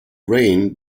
rain